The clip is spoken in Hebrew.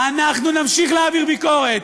אנחנו נמשיך להעביר ביקורת.